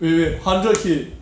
wait wait wait hundred K